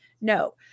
No